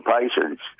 patients